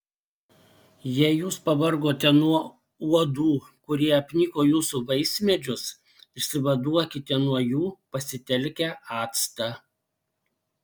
jei jūs pavargote nuo uodų kurie apniko jūsų vaismedžius išsivaduokite nuo jų pasitelkę actą